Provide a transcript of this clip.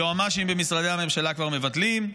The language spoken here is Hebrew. היועמ"שים במשרדי הממשלה כבר מבטלים.